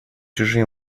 чужие